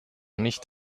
nicht